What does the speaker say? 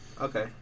Okay